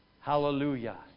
Hallelujah